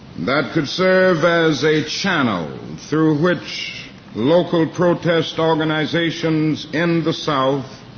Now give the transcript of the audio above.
that could serve as a channel through which local protest organizations in the south